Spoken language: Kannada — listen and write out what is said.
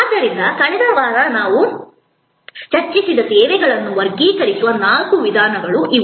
ಆದ್ದರಿಂದ ಕಳೆದ ವಾರ ನಾವು ಚರ್ಚಿಸಿದ ಸೇವೆಗಳನ್ನು ವರ್ಗೀಕರಿಸುವ ನಾಲ್ಕು ವಿಧಾನಗಳು ಇವು